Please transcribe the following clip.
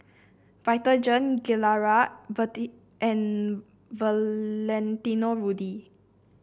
Vitagen Gilera and Valentino Rudy